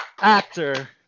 actor